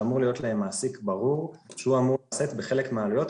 שאמור להיות להם מעסיק ברור שהוא אמור לשאת בחלק מהעלויות,